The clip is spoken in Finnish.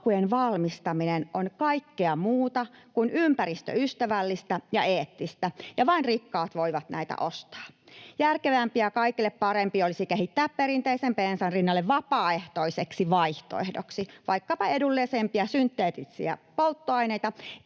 akkujen valmistaminen on kaikkea muuta kuin ympäristöystävällistä ja eettistä ja vain rikkaat voivat näitä ostaa. Järkevämpi ja kaikille parempi olisi kehittää perinteisen bensan rinnalle vapaaehtoiseksi vaihtoehdoksi vaikkapa edullisempia synteettisiä polttoaineita